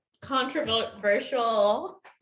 controversial